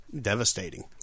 devastating